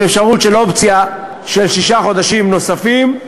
עם אפשרות של אופציה לשישה חודשים נוספים.